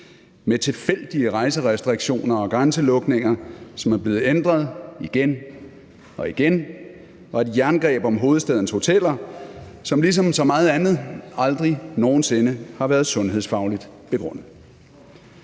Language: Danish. med tilfældige rejserestriktioner og grænselukninger, som er blevet ændret igen og igen, og et jerngreb om hovedstadens hoteller, som ligesom så meget andet aldrig nogen sinde har været sundhedsfagligt begrundet.